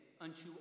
unto